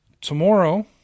tomorrow